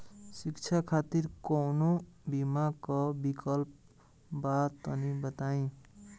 शिक्षा खातिर कौनो बीमा क विक्लप बा तनि बताई?